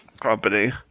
company